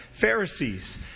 Pharisees